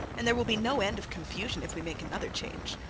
and there will be no end of confusion if we make another change.